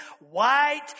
white